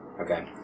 Okay